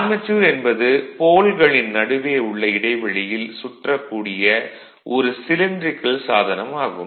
armature என்பது போல்களின் நடுவே உள்ள இடைவெளியில் சுற்றக்கூடிய ஒரு சிலின்ட்ரிகல் சாதனம் ஆகும்